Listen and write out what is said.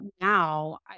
now